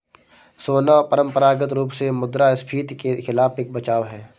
सोना परंपरागत रूप से मुद्रास्फीति के खिलाफ एक बचाव है